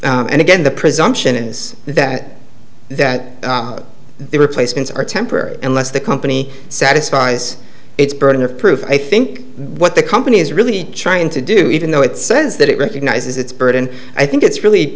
and again the presumption is that that they replacements are temporary unless the company satisfies its burden of proof i think what the company is really trying to do even though it says that it recognizes its burden i think it's really